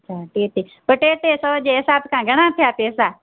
अच्छा टे टे पो टे टे सौ जे हिसाब सां घणा थिया पैसा